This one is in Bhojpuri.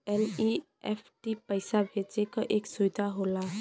एन.ई.एफ.टी पइसा भेजे क एक सुविधा होला